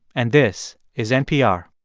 and this is npr